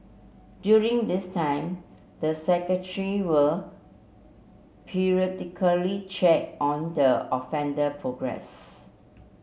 during this time the will periodically check on the offender progress